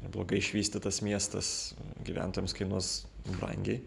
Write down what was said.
blogai išvystytas miestas gyventojams kainuos brangiai